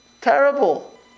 Terrible